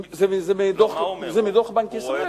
זה מדוח בנק ישראל.